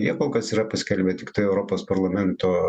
jie kol kas yra paskelbę tiktai europos parlamento